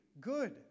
Good